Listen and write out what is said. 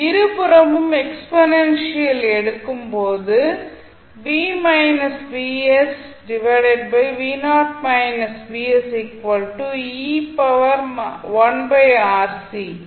இருபுறமும் எக்ஸ்பொனன்ஷியல் எடுக்கும்போது கிடைக்கும்